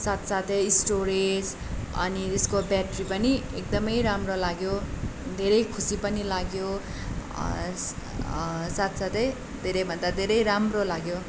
साथसाथै स्टोरेज अनि यसको ब्याट्री पनि एकदमै राम्रो लाग्यो धेरै खुसी पनि लाग्यो साथ साथै धेरैभन्दा धेरै राम्रो लाग्यो